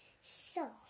soft